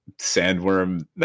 sandworm